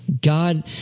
God